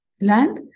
land